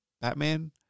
Batman